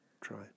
Try